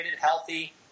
healthy